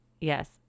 Yes